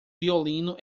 violino